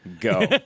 go